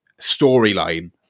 storyline